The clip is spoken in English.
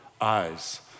eyes